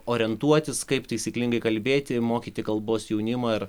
orientuotis kaip taisyklingai kalbėti mokyti kalbos jaunimo ir